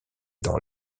dans